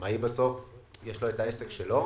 לעצמאי בסוף יש את העסק שלו,